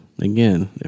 again